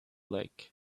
lake